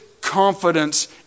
confidence